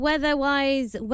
Weather-wise